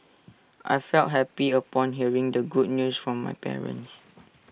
I felt happy upon hearing the good news from my parents